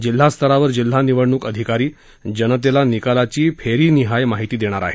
जिल्हास्तरावर जिल्हा निवडणूक अधिकारी जनतेला निकालाची फेरीनिहाय माहिती देणार आहेत